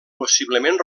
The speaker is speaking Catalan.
possiblement